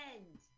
End